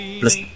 plus